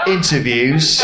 Interviews